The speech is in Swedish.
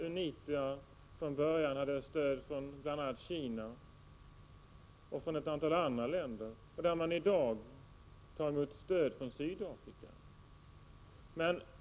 UNITA hade från början stöd från Kina och ett antal andra länder och tar i dag emot stöd från Sydafrika.